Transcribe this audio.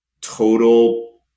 total